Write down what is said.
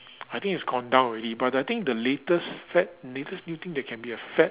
I think it's gone down already but I think the latest fad latest new thing that can be a fad